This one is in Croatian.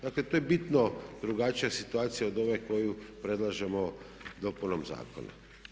Dakle to je bitno drugačija situacija od ove koju predlažemo dopunom zakona.